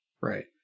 Right